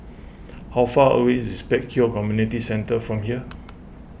how far away is Pek Kio Community Centre from here